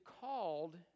called